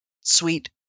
sweet